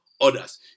others